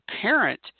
parent